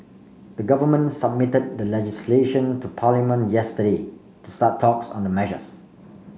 the government submitted the legislation to Parliament yesterday start talks on the measures